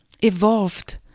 evolved